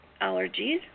allergies